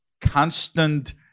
constant